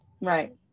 Right